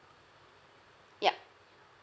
ya